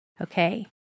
Okay